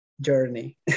journey